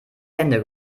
hände